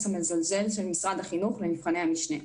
המזלזל של משרד החינוך לנבחני המשנה.